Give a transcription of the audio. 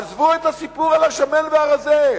עזבו את הסיפור על השמן והרזה.